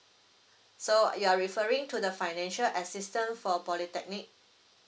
so you are referring to the financial assistant for polytechnic